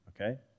okay